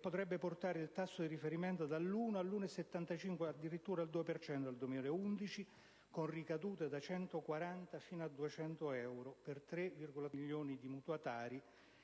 dovrebbe portare il tasso di riferimento dall'1 all'1,75, e addirittura al 2 per cento nel 2011, con ricadute da 140 fino a 200 euro per 3,2 milioni di mutuatari